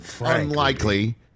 unlikely